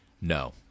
No